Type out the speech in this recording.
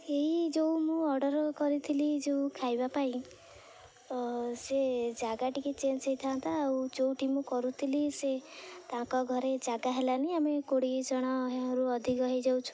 ଏଇ ଯେଉଁ ମୁଁ ଅର୍ଡ଼ର କରିଥିଲି ଯେଉଁ ଖାଇବା ପାଇଁ ସେ ଜାଗା ଟିକେ ଚେଞ୍ଜ ହେଇଥାନ୍ତା ଆଉ ଯେଉଁଠି ମୁଁ କରୁଥିଲି ସେ ତାଙ୍କ ଘରେ ଜାଗା ହେଲାନି ଆମେ କୋଡ଼ିଏ ଜଣ ହେ ରୁ ଅଧିକ ହେଇଯାଉଛୁ